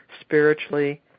spiritually